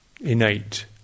innate